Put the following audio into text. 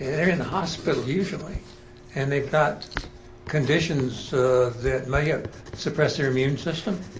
they're in the hospital usually and they've got conditions that may ah suppress their immune system.